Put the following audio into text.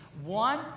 one